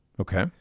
Okay